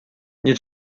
nie